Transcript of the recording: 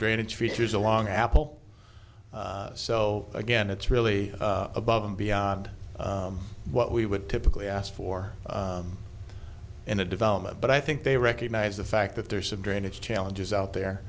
drainage features along apple so again it's really above and beyond what we would typically ask for in a development but i think they recognize the fact that there are some drainage challenges out there